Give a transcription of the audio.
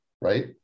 right